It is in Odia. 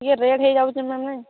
ଟିକେ ରେଟ୍ ହୋଇଯାଉଛି ମ୍ୟାମ୍ ନାଇଁ